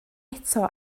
eto